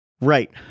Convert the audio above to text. Right